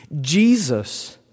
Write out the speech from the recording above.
Jesus